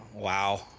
Wow